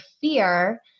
fear